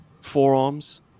forearms